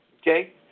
Okay